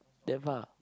damn far